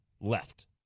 Left